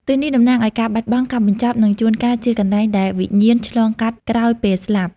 ទិសនេះតំណាងឱ្យការបាត់បង់ ការបញ្ចប់ និងជួនកាលជាកន្លែងដែលវិញ្ញាណឆ្លងកាត់ក្រោយពេលស្លាប់។